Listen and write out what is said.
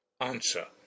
Answer